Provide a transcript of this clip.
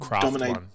dominate